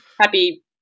Happy